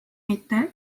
mitte